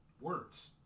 words